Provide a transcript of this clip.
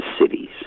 cities